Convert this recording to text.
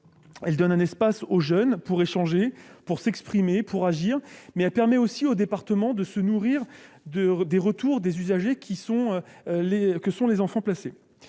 Elles donnent un espace aux jeunes pour échanger, pour s'exprimer, pour agir, mais elles permettent aussi aux départements de se nourrir des retours des usagers que sont les enfants placés.